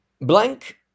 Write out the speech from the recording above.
Blank